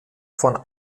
von